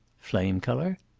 flame color?